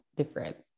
different